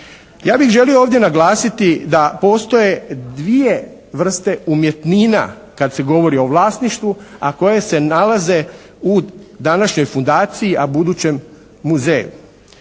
Ja bih želio ovdje naglasiti da postoje dvije vrste umjetnina kad se govori o vlasništvu, a koje se nalaze u današnjoj fundaciji, a budućem muzeju.